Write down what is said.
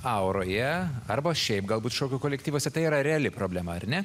auroje arba šiaip galbūt šokių kolektyvuose tai yra reali problema ar ne